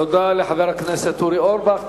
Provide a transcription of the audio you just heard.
תודה לחבר הכנסת אורי אורבך.